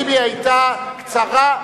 השאלה של חבר הכנסת טיבי היתה קצרה,